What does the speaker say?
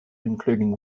including